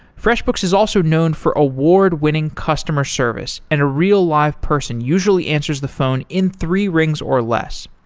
freshbooks is also known for award-winning customer service and a real live person usually answers the phone in three rings or less.